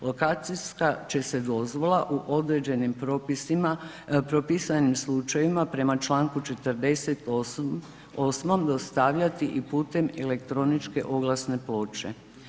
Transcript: Lokacijska će se dozvola u određenim propisima, propisanim slučajevima prema čl. 48. dostavljati i putem elektroničke oglasne ploče.